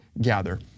gather